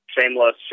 shameless